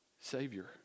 Savior